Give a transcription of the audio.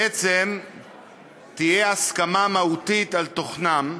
בעצם תהיה הסכמה מהותית על תוכנן.